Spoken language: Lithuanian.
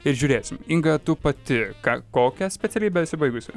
ir žiūrėsim inga tu pati ką kokią specialybę esi baigusi